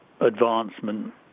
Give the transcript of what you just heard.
advancement